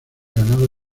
ganado